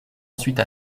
ensuite